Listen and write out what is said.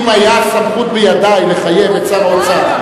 אם היה סמכות בידי לחייב את שר האוצר,